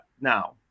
now